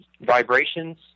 vibrations